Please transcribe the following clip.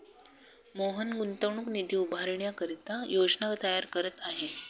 मोहन गुंतवणूक निधी उभारण्याकरिता योजना तयार करत आहे